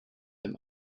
dem